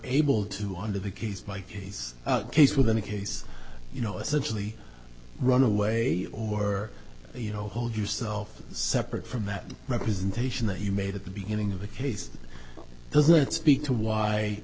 able to under the case by case case with any case you know essentially run away or you know hold yourself separate from that representation that you made at the beginning of the case doesn't speak to why